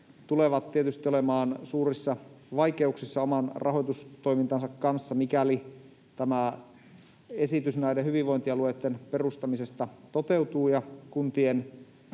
tulevat tietysti olemaan suurissa vaikeuksissa oman rahoitustoimintansa kanssa, mikäli tämä esitys näiden hyvinvointialueitten perustamisesta toteutuu, ja kuntien